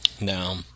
Now